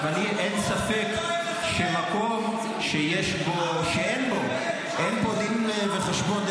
-- אבל לי אין ספק שמקום שאין בו דין וחשבון,